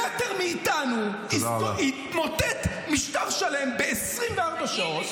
מטר מאיתנו התמוטט משטר שלם ב-24 שעות,